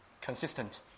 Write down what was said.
consistent